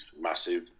massive